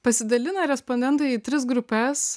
pasidalina respondentai į tris grupes